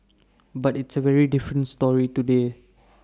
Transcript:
but it's A very different story today